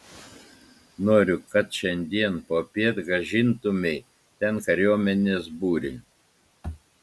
noriu kad šiandien popiet grąžintumei ten kariuomenės būrį